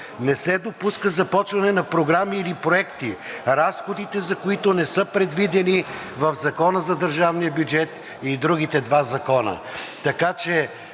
не се допуска започване на програми или проекти, разходите, за които не са предвидени в Закона за държавния бюджет и другите два закона.